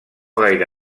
gaire